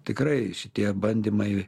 tikrai šitie bandymai